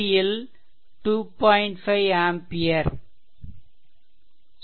5 ஆம்பியர்ampere